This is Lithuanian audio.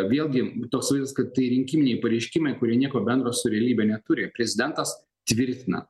vėlgi toks vaizdas kad tai rinkiminiai pareiškimai kurie nieko bendro su realybe neturi prezidentas tvirtina